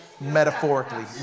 metaphorically